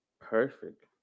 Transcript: Perfect